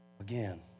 Again